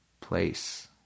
place